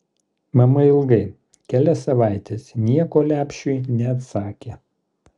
mama ilgai kelias savaites nieko lepšiui neatsakė